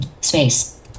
space